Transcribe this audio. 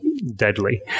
Deadly